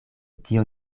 tio